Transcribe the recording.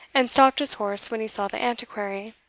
and stopped his horse when he saw the antiquary.